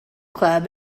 club